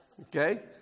Okay